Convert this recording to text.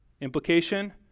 Implication